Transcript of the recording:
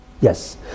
Yes